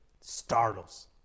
startles